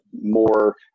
more